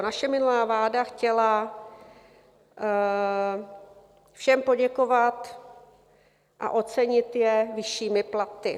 Naše minulá vláda chtěla všem poděkovat a ocenit je vyššími platy.